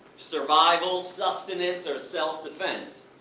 survival, sustenance or self-defense.